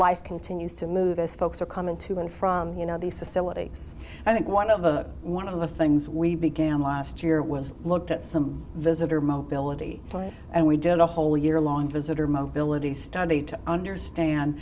life continues to move as folks are coming to and from you know these facilities i think one of the one of the things we began last year was looked at some visitor mobility and we did a whole year long visitor mobility study to understand